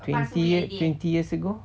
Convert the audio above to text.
twenty years twenty years ago